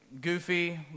Goofy